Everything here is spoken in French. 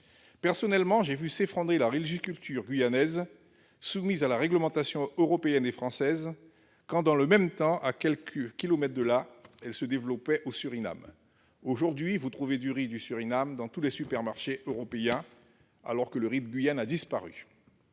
Personnellement, j'ai vu s'effondrer la riziculture en Guyane, soumise à la réglementation européenne et française, quand, dans le même temps, à quelques kilomètres de là, elle se développait au Suriname. Aujourd'hui, vous trouvez du riz du Suriname dans tous les supermarchés européens, alors que le riz de Guyane a disparu.